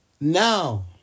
Now